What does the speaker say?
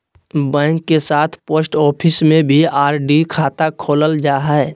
bank के साथ post office में भी आर.डी खाता खोलल जा हइ